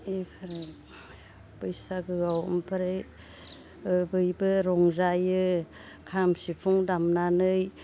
बेनिफ्राय बैसागोआव बेनिफ्राय बयबो रंजायो खाम सिफुं दामनानै